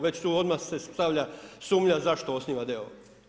Već tu odmah se stavlja sumnja zašto osniva d.o.o.